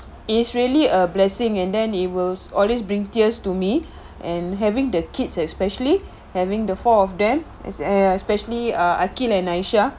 is really a blessing and then it will always bring tears to me and having the kids especially having the four of them as uh especially ah aqil and aisyah